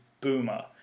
boomer